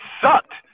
sucked